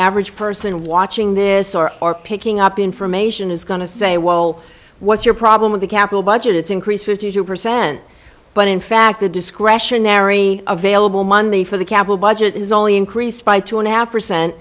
average person watching this or or picking up information is going to say well what's your problem with the capital budget it's increased fifty two percent but in fact the discretionary available money for the capital budget is only increased by two dollars and a half percent